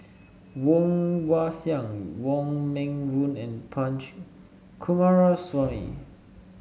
Woon Wah Siang Wong Meng Voon and Punch Coomaraswamy